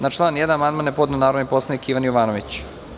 Na član 1. amandman je podneo narodni poslanik Ivan Jovanović.